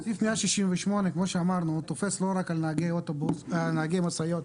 סעיף 168 תופס לא רק לגבי נהגי המשאיות,